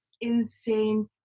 insane